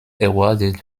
awarded